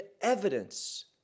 evidence